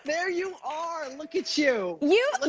there you are, look at you. you